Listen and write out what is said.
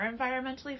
environmentally